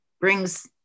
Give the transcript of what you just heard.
brings